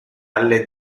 alle